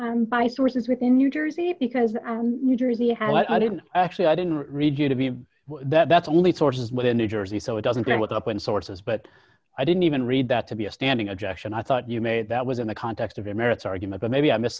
by sources within new jersey because new jersey has i didn't actually i didn't read you to be that's only sources but in new jersey so it doesn't go with open sources but i didn't even read that to be a standing objection i thought you made that was in the context of a marathon argument that maybe i missed